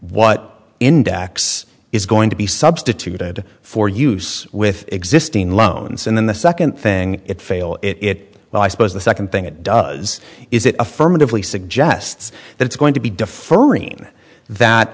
what index is going to be substituted for use with existing loans and then the second thing it fail it well i suppose the second thing it does is it affirmatively suggests that it's going to be